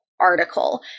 article